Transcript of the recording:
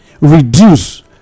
reduce